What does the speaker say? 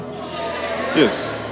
Yes